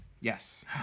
Yes